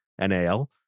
N-A-L